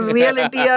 Reality